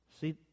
See